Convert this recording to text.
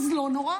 אז לא נורא.